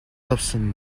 давсан